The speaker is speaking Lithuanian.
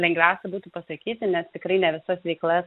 lengviausia būtų pasakyti nes tikrai ne visas veiklas